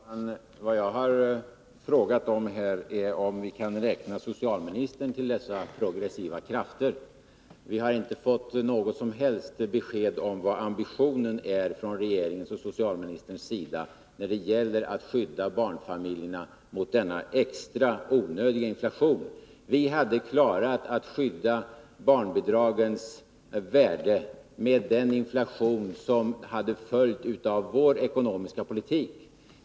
Herr talman! Jag har frågat om vi kan räkna socialministern till dessa progressiva krafter. Vi har inte fått något som helst besked om vad ambitionen är från regeringens och socialministerns sida när det gäller att skydda barnfamiljerna mot denna extra, onödiga inflation. Vi hade klarat att skydda barnbidragens värde med den inflation som hade följt av vår ekonomiska politik.